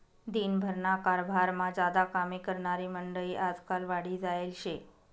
दिन भरना कारभारमा ज्यादा कामे करनारी मंडयी आजकाल वाढी जायेल शे